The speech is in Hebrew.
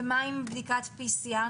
ומה עם בדיקת PCR?